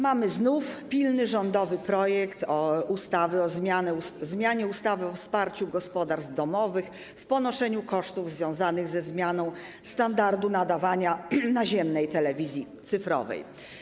Mamy znów pilny rządowy projekt ustawy o zmianie ustawy o wsparciu gospodarstw domowych w ponoszeniu kosztów związanych ze zmianą standardu nadawania naziemnej telewizji cyfrowej.